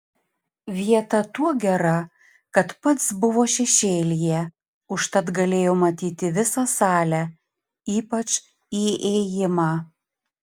vieta tuo gera kad pats buvo šešėlyje užtat galėjo matyti visą salę ypač įėjimą